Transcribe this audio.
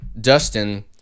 dustin